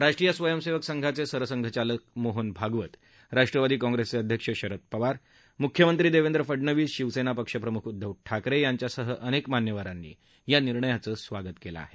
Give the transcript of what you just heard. राष्ट्रीय स्वयंसेवक संघाचे सरसंघचालक मोहन भागवत राष्ट्रवादी कॉंप्रेसचे अध्यक्ष शरद पवार मुख्यमंत्री देवेंद्र फडणवीस शिवसेना पक्षप्रमुख उद्दव ठाकरे यांच्यासह अनेक मान्यवरांनी या निर्णयाचं स्वागत केलं आहे